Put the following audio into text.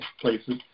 places